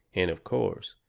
and, of course,